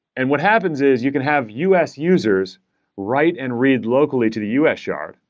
and what happens is you can have u s. users write and read locally to the u s. shard.